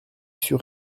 sur